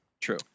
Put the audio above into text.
true